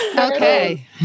Okay